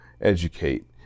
educate